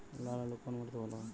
লাল আলু কোন মাটিতে ভালো হয়?